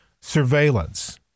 surveillance